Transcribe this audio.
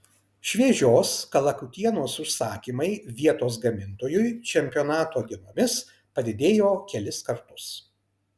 šviežios kalakutienos užsakymai vietos gamintojui čempionato dienomis padidėjo kelis kartus